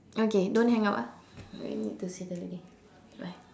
okay don't hang up ah really need to see the lady bye